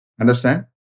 Understand